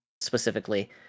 specifically